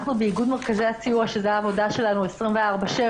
אנחנו, באיגוד מרכזי הסיוע, שזו העבודה שלנו 24/7,